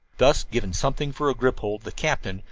thus given something for a grip-hold, the captain,